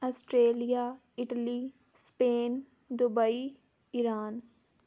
Australia Italy Spain Dubai Iran